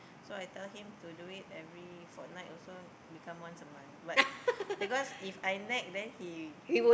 so I tell him to do it every fortnight also become once a month but because If I nag then he